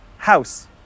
house